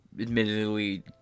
admittedly